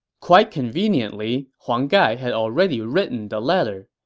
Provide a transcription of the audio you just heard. quite conveniently, huang gai had already written the letter.